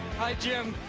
hi, jim.